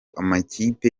amakipe